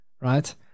right